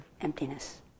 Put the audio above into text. emptiness